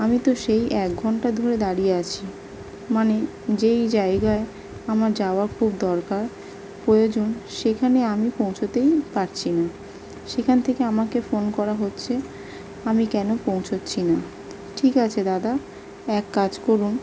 আমি তো সেই এক ঘন্টা ধরে দাঁড়িয়ে আছি মানে যেই জায়গায় আমার যাওয়া খুব দরকার প্রয়োজন সেখানে আমি পৌঁছোতেই পারছি না সেখান থেকে আমাকে ফোন করা হচ্ছে আমি কেন পৌঁছোচ্ছি না ঠিক আছে দাদা এক কাজ করুন